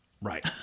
Right